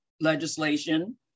legislation